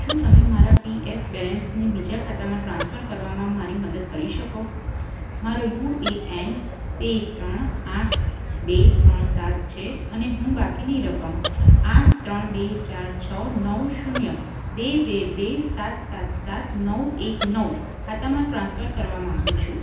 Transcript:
શું તમે મારા પીએફ બેલેન્સને બીજા ખાતામાં ટ્રાન્સફર કરવામાં મારી મદદ કરી શકો મારું યુએએન બે ત્રણ આઠ બે ત્રણ સાત છે અને હું બાકીની રકમ આઠ ત્રણ બે ચાર છ નવ શૂન્ય બે બે બે સાત સાત સાત નવ એક નવ ખાતામાં ટ્રાન્સફર કરવા માંગુ છું